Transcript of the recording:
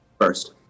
first